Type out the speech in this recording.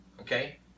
okay